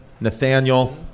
Nathaniel